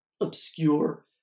obscure